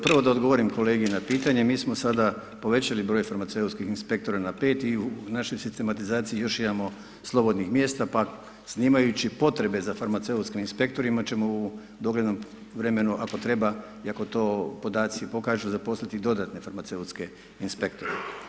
Prvo da odgovorim kolegi na pitanje, mi smo sada povećali broj farmaceutskih inspektora na 5 i u našoj sistematizaciji, još imamo slobodnih mjesta, pa snimajući potrebe za farmaceutskim inspektorima, ćemo u doglednom vremenu ako treba i ako to podaci pokažu zaposliti dodatne farmaceutske inspektore.